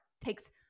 takes